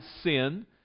sin